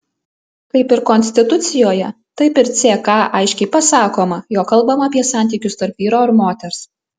kaip ir konstitucijoje taip ir ck aiškiai pasakoma jog kalbama apie santykius tarp vyro ir moters